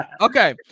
Okay